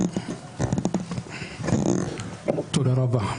תודה רבה.